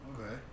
Okay